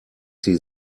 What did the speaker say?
sie